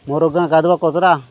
ମୋର ଗାଁ କଦବାକୋତ୍ରା